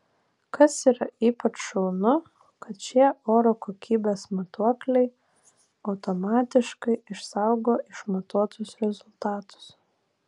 kas yra ypač šaunu kad šie oro kokybės matuokliai automatiškai išsaugo išmatuotus rezultatus